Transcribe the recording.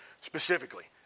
specifically